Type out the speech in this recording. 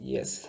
Yes